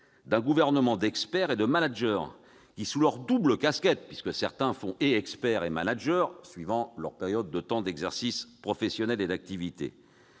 d'un gouvernement d'experts et de manageurs, qui, sous leur double casquette- certains sont experts et manageurs, suivant leur période de temps d'exercice professionnel -, croient